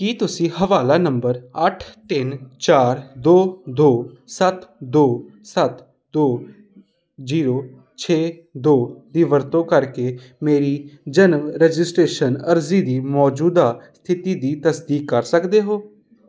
ਕੀ ਤੁਸੀਂ ਹਵਾਲਾ ਨੰਬਰ ਅੱਠ ਤਿੰਨ ਚਾਰ ਦੋ ਦੋ ਸੱਤ ਦੋ ਸੱਤ ਦੋ ਜੀਰੋ ਛੇ ਦੋ ਦੀ ਵਰਤੋਂ ਕਰਕੇ ਮੇਰੀ ਜਨਮ ਰਜਿਸਟ੍ਰੇਸ਼ਨ ਅਰਜ਼ੀ ਦੀ ਮੌਜੂਦਾ ਸਥਿਤੀ ਦੀ ਤਸਦੀਕ ਕਰ ਸਕਦੇ ਹੋ